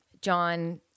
John